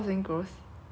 !huh! pretty